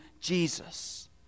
Jesus